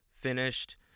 finished